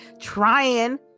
trying